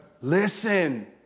listen